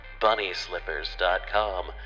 BunnySlippers.com